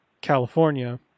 California